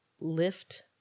lift